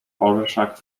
orszak